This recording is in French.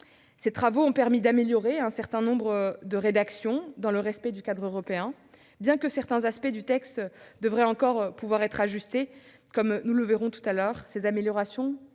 Votre action a permis d'améliorer un certain nombre de rédactions, dans le respect du cadre européen. Même si certains aspects du texte devraient encore pouvoir être ajustés, comme nous le verrons au cours de son examen, ces améliorations